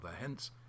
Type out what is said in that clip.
Hence